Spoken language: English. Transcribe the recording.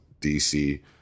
DC